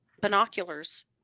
binoculars